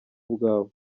ubwabo